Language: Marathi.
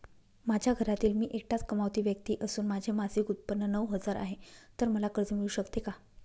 माझ्या घरातील मी एकटाच कमावती व्यक्ती असून माझे मासिक उत्त्पन्न नऊ हजार आहे, तर मला कर्ज मिळू शकते का?